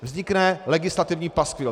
Vznikne legislativní paskvil.